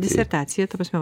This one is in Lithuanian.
disertacija ta prasme